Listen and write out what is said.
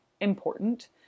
important